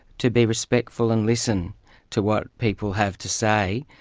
to be respectful and listen to what people have to say,